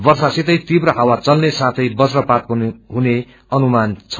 वर्षा सितै तीव्र हावा चल्ने साथे बन्रपात पनि हुने अनुमन छ